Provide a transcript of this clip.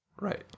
right